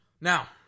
Now